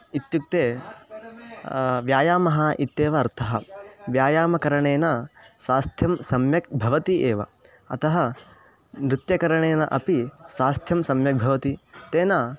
इत्युक्ते व्यायामः इत्येव अर्थः व्यायामकरणेन स्वास्थ्यं सम्यक् भवति एव अतः नृत्यकरणेन अपि स्वास्थ्यं सम्यक् भवति तेन